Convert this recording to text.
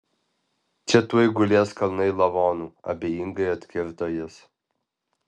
čia tuoj gulės kalnai lavonų abejingai atkirto jis